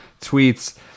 tweets